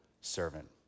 servant